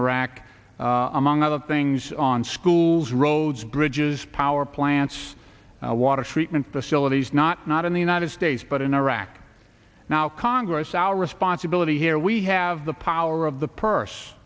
q among other things on schools roads bridges power plants water treatment facilities not not in the united states but in iraq now congress our responsibility here we have the power of the purse